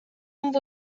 amb